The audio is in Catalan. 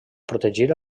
protegir